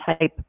type